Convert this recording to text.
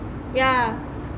ya